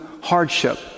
hardship